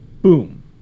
Boom